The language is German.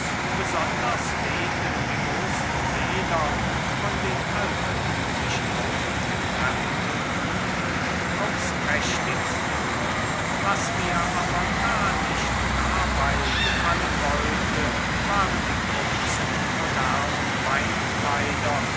besonders wehten die großen federn von den altertümlich aufgekrempten hüten aufs prächtigste was mir aber gar nicht dabei gefallen wollte waren die kurzen modernen beinkleider